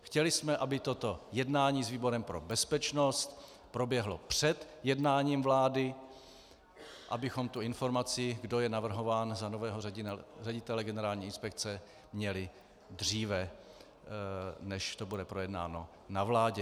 Chtěli jsme, aby toto jednání s výborem pro bezpečnost proběhlo před jednáním vlády, abychom informaci, kdo je navrhován za nového ředitele Generální inspekce, měli dříve, než to bude projednáno na vládě.